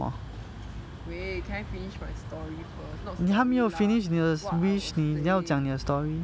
wait can I finish my story first not story lah but what I was saying